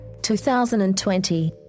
2020